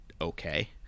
okay